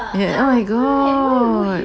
ya oh my god